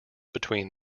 between